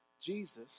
Jesus